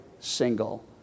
single